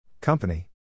Company